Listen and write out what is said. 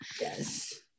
yes